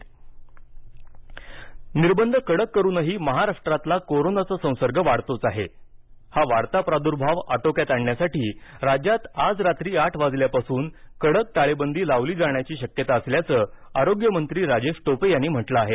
टाळेबंदी टोपे निर्बंध कडक करूनही महाराष्ट्रातला कोरोनाचा संसर्ग वाढतोच आहे हा वाढता प्राद्र्भाव आटोक्यात आणण्यासाठी राज्यात आज रात्री आठ वाजल्यापासून कडक टाळेबंदी लावली जाणायची शक्यता असल्याचं आरोग्य मंत्री राजेश टोपे यांनी म्हटलं आहे